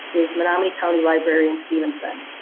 is menominee county library in stephenson.